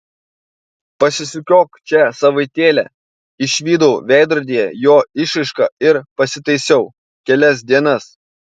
pasisukiok čia savaitėlę išvydau veidrodyje jo išraišką ir pasitaisiau kelias dienas